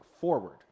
forward